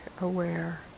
aware